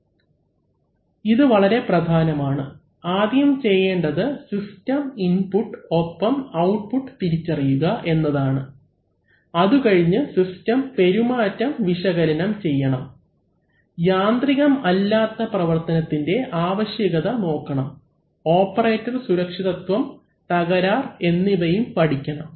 അവലംബിക്കുന്ന സ്ലൈഡ് സമയം 1453 ഇത് വളരെ പ്രധാനമാണ് ആദ്യം ചെയ്യേണ്ടത് സിസ്റ്റം ഇൻപുട്ട് ഒപ്പം ഔട്ട്പുട്ട് തിരിച്ചറിയുക എന്നതാണ് അതുകഴിഞ്ഞ് സിസ്റ്റം പെരുമാറ്റം വിശകലനം ചെയ്യണം യാന്ത്രികം അല്ലാത്ത പ്രവർത്തനത്തിന്റെ ആവശ്യകത നോക്കണം ഓപ്പറേറ്റർ സുരക്ഷിതത്വം തകരാർ എന്നിവയും പഠിക്കണം